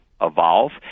evolve